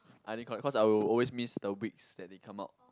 I think correct cause I will always miss the weeks that they come out